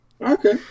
Okay